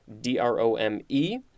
D-R-O-M-E